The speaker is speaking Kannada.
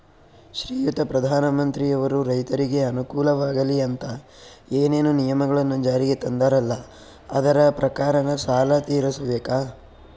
ಶ್ರೀಯುತ ಪ್ರಧಾನಮಂತ್ರಿಯವರು ರೈತರಿಗೆ ಅನುಕೂಲವಾಗಲಿ ಅಂತ ಏನೇನು ನಿಯಮಗಳನ್ನು ಜಾರಿಗೆ ತಂದಾರಲ್ಲ ಅದರ ಪ್ರಕಾರನ ಸಾಲ ತೀರಿಸಬೇಕಾ?